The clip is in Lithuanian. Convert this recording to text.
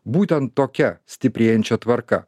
būtent tokia stiprėjančia tvarka